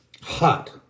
hot